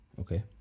Okay